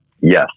Yes